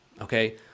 Okay